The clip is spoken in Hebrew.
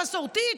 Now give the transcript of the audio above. המסורתית,